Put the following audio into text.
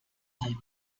mal